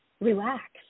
relax